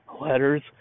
letters